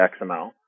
XML